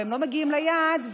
והם לא מגיעים ליעד,